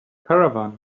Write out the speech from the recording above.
caravan